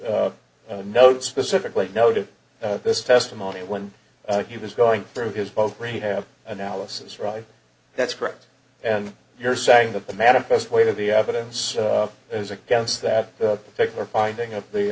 know specifically noted this testimony when he was going through his both great analysis right that's correct and you're saying that the manifest weight of the evidence is against that particular binding of the